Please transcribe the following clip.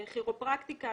כירופרקטיקה,